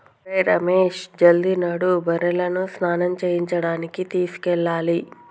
ఒరేయ్ రమేష్ జల్ది నడు బర్రెలను స్నానం చేయించడానికి తీసుకెళ్లాలి